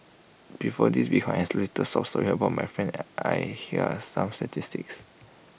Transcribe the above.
before this behind isolated sob story about my friend I here are some statistics